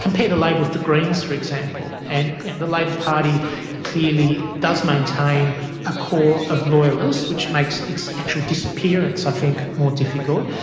compare the labor with the greens, for example, and yeah the labor party clearly does maintain a core of loyalists which makes its actual disappearance, i think, more difficult.